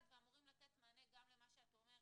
ואמורים לתת מענה גם למה שאת אומרת.